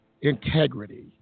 integrity